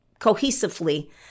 cohesively